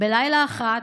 בלילה אחד,